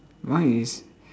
mine is